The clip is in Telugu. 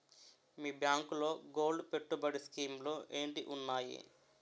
మీ బ్యాంకులో గోల్డ్ పెట్టుబడి స్కీం లు ఏంటి వున్నాయి?